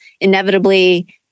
inevitably